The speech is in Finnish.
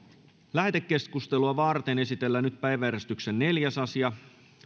lähetekeskustelua varten esitellään päiväjärjestyksen neljäs asia